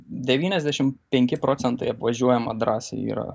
devyniasdešimt penki procentai apvažiuojama drąsiai yra